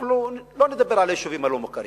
אנחנו לא נדבר על היישובים הלא-מוכרים,